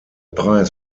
preis